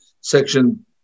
Section